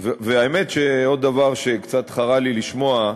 האמת, עוד דבר שקצת חרה לי לשמוע,